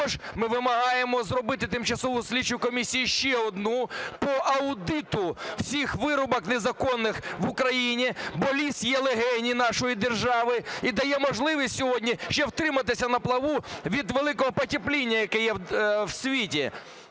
Також ми вимагаємо зробити тимчасову слідчу комісію ще одну по аудиту всіх вирубок незаконних в Україні, бо ліс є легенями нашої держави і дає можливість сьогодні ще втриматися на плаву від великого потепління, яке є у світі.